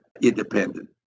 independent